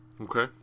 okay